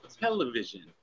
television